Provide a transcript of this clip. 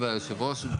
היושב-ראש,